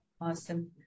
Awesome